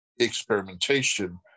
Experimentation